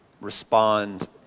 respond